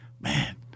man